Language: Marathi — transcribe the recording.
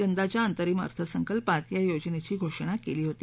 यंदाच्या अंतरिम अर्थसंकल्पात या योजनेची घोषणा केली होती